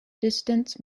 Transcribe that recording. distance